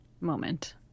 moment